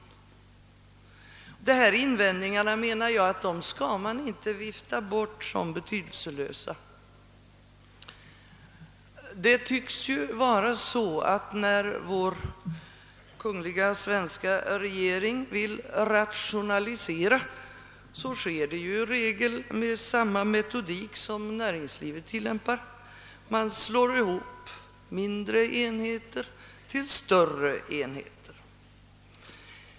Dessa invändningar skall vi inte vifta bort som betydelselösa. När vår kungliga svenska regering vill rationalisera tycks detta i regel ske med samma metodik som näringslivet tillämpar: man slår ihop mindre enheter till större enheter.